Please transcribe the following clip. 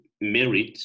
merit